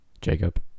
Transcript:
Jacob